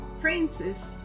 Francis